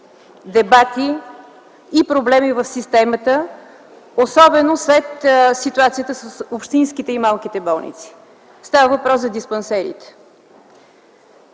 дебати и проблеми в системата, особено след ситуацията с общинските и малките болници - става въпрос за диспансерите.